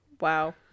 Wow